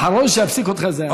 האחרון שיפסיק אותך זה אני.